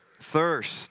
thirst